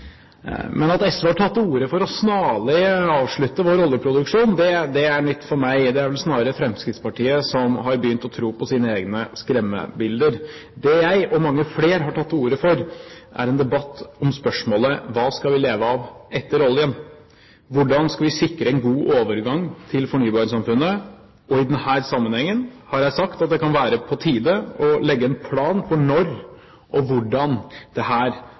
Men at SV har tatt til orde for snarlig å avslutte vår oljeproduksjon, er nytt for meg. Det er vel snarere Fremskrittspartiet som har begynt å tro på sine egne skremmebilder. Det jeg og mange flere har tatt til orde for, er en debatt om spørsmålet: Hva skal vi leve av etter oljen? Hvordan skal vi sikre en god overgang til fornybarsamfunnet? I denne sammenhengen har jeg sagt at det kan være på tide å legge en plan for når og hvordan dette skal skje, og hvordan virksomheten skal trappes ned. Lavere utvinningstempo er